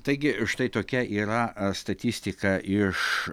taigi štai tokia yra statistika iš